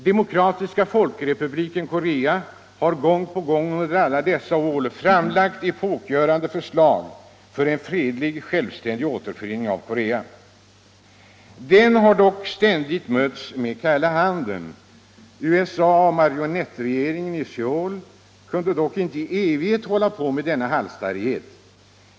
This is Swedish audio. Demokratiska folkrepubliken Korea har gång på gång framlagt epokgörande förslag för en fredlig, självständig återförening av Korea. Man har dock ständigt mötts med kalla handen. USA och marionettregeringen i Söul kunde dock inte i evighet hålla på med denna halsstarrighet.